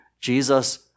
Jesus